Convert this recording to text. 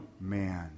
man